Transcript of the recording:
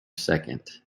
second